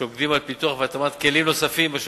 הם שוקדים על פיתוח והתאמה של כלים נוספים אשר